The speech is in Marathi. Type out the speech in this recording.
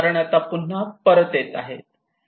कारण आता पुन्हा परत येत आहे